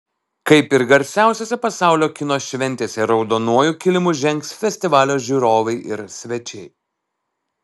kaip ir garsiausiose pasaulio kino šventėse raudonuoju kilimu žengs festivalio žiūrovai ir svečiai